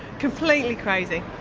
completely crazy.